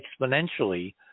exponentially